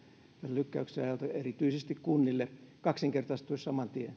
ja erityisesti kunnille lykkäyksen ajalta kaksinkertaistuisi saman tien